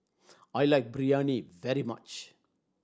I like Biryani very much